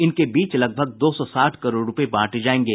इनके बीच लगभग दो सौ साठ करोड़ रूपये बांटे जायेंगे